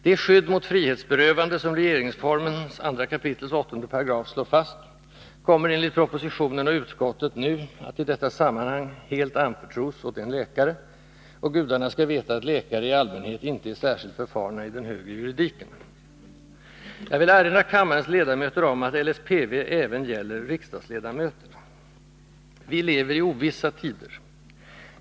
Det skydd mot frihetsberövande som regeringsformens andra kapitels 8 § slår fast kommer enligt propositionen och utskottet nu att i detta sammanhang helt anförtros åt en läkare — och gudarna skall veta att läkare i allmänhet inte är särskilt förfarna i den högre juridiken. Jag vill erinra kammarens ledamöter om att LSPV även gäller riksdagsledamöter. Vi lever i ovissa tider.